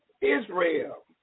Israel